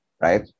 right